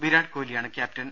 വിരാട് കോഹ്ലിയാണ് ക്യാപ്റ്റൻ